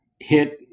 hit